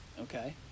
Okay